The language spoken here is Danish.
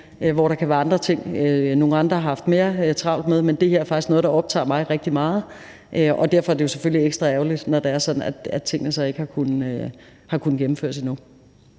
vil. Der kan være andre ting, nogle andre har haft mere travlt med, men det her er faktisk noget, der optager mig rigtig meget, og derfor er det jo selvfølgelig ekstra ærgerligt, når det er sådan, at tingene så ikke har kunnet gennemføres endnu.